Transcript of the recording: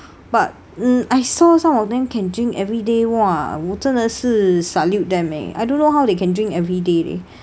but mm I saw some of them can drink everyday !wah! 我真的是 salute them eh I don't know how they can drink everyday leh